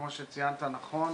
כמו שציינת נכון,